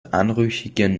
anrüchigen